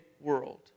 world